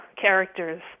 characters